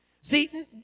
See